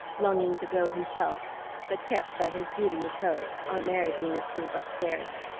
longing to go himself but kept by his duty as host, aunt mary being asleep upstairs.